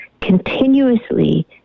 continuously